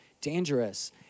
dangerous